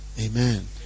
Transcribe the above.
Amen